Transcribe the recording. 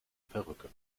perücke